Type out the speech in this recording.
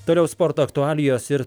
toliau sporto aktualijos ir